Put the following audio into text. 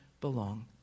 belong